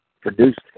produced